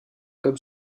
comme